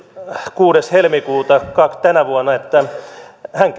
kuudes helmikuuta tänä vuonna että hän